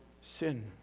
sin